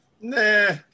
Nah